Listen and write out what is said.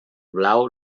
blau